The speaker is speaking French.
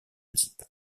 type